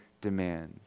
demands